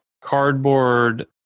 cardboard